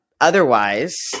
Otherwise